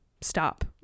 Stop